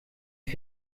ich